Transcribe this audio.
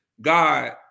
God